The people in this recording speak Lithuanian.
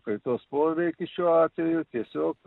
kaitos poveikis šiuo atveju tiesiog